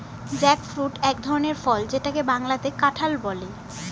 jackfruit এক ধরনের ফল যেটাকে বাংলাতে কাঁঠাল বলে